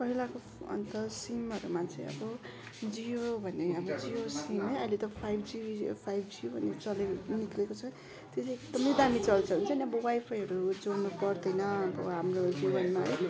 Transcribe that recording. पहिलाको अन्त सिमहरूमा चाहिँ अब जियो भन्ने अब जियो सिम है अहिले त फाइभ जी फाइभ जी चल्ने निक्लेको छ त्यो चाहिँ एकदमै दामी चल्छ हुन्छ नि अब वाइफाईहरू जोड्नु पर्दैन अब हाम्रो जीवनमा है